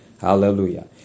Hallelujah